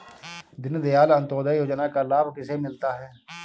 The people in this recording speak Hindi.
दीनदयाल अंत्योदय योजना का लाभ किसे मिलता है?